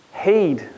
heed